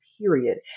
period